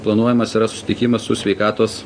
planuojamas yra susitikimas su sveikatos